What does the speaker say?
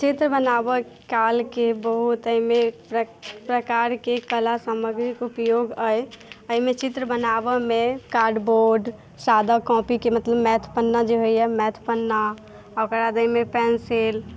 चित्र बनाबै कालके बहुत अइमे प्रकारके कला सामग्रीके उपयोग अइ अइमे चित्र बनाबैमे कार्ड बोर्ड कॉपीके मतलब मैथ पन्ना जे होइए मैथ पन्ना आओर ओकरबाद अइमे पेन्सिल